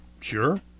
Sure